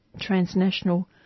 transnational